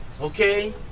okay